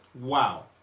Wow